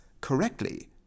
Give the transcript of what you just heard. correctly